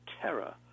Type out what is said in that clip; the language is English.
terror